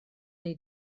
wnei